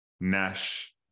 Nash